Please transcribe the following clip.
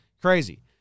Crazy